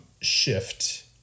shift